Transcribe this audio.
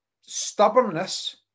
stubbornness